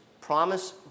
promise